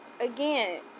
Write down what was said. again